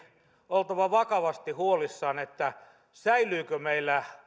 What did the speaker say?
oltava vakavasti huolissaan säilyykö meillä